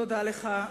תודה לך.